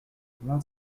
vingt